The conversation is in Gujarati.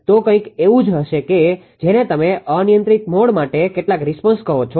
તો કંઇક એવું જ કે જેને તમે અનિયંત્રિત મોડ માટે કેટલાક રિસ્પોન્સ કહો છો